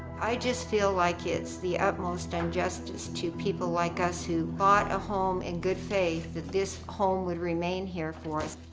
i just feel like it's the utmost injustice to people like us who bought a home in good faith that this home would remain here for us.